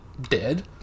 dead